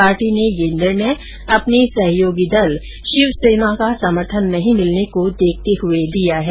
party ने यह निर्णय अपने सहयोगी दल शिवसेना का समर्थन नहीं मिलने को देखते हुए लिया है